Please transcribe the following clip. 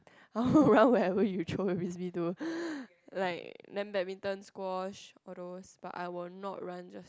I will run wherever you throw the frisbee to like then badminton squash all those but I will not run just